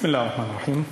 בסם אללה א-רחמאן א-רחים.